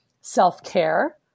self-care